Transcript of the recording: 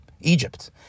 Egypt